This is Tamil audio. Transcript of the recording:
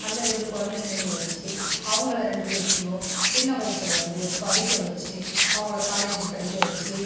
அந்த ரெண்டு குழந்தைங்களையும் வச்சு அவங்கள ரெண்டு பேத்துயும் சின்ன வயசுலேருந்து படிக்க வச்சு அவங்கள காலேஜ் படிக்க வச்சு